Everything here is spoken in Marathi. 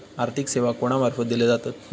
आर्थिक सेवा कोणा मार्फत दिले जातत?